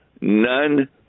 None